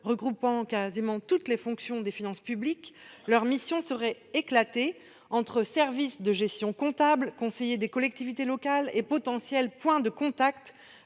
regroupant quasiment toutes les fonctions des finances publiques, leurs missions seraient éclatées entre « services de gestion comptable »,« conseillers des collectivités locales » et potentiels « points de contact